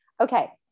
Okay